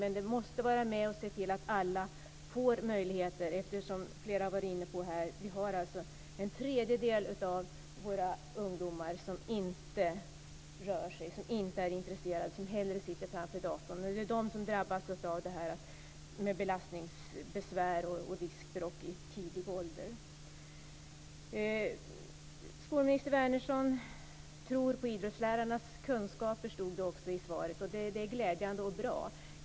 Men den måste vara med och se till att alla får möjligheter, eftersom, som flera talare har varit inne på, en tredjedel av våra ungdomar inte rör på sig, inte är intresserade. De sitter hellre framför datorn. Det är de som drabbas av belastningsbesvär och diskbråck i tidig ålder. Skolminister Wärnersson tror på idrottslärarnas kunskaper, stod det också i svaret. Det är glädjande och bra.